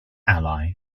ally